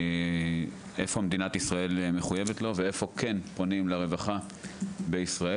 ואיפה מדינת ישראל מחויבת לו ואיפה כן פונים לרווחה בישראל.